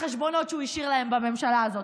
החשבונות שהוא השאיר להם בממשלה הזאת.